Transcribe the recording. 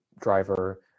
driver